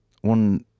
one